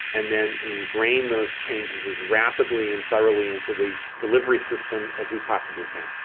and then ingrain those changes as rapidly and thoroughly into the delivery system as we possibly can.